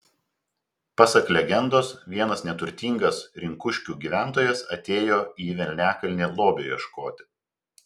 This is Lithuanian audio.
pasak legendos vienas neturtingas rinkuškių gyventojas atėjo į velniakalnį lobio ieškoti